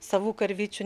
savų karvyčių